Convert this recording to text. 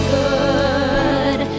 good